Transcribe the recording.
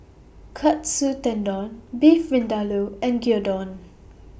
Katsu Tendon Beef Vindaloo and Gyudon